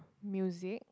music